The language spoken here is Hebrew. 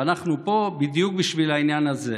ואנחנו פה בדיוק בשביל העניין הזה.